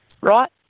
right